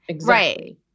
Right